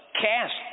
cast